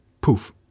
Poof